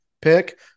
pick